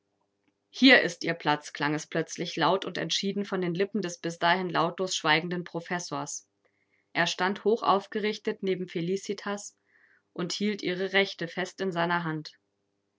hier ist ihr platz klang es plötzlich laut und entschieden von den lippen des bis dahin lautlos schweigenden professors er stand hochaufgerichtet neben felicitas und hielt ihre rechte fest in seiner hand